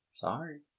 Sorry